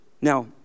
Now